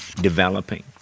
developing